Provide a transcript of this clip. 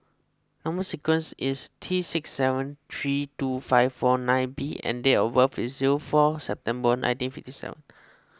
Number Sequence is T six seven three two five four nine B and date of birth is zero four September nineteen fifty seven